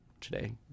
today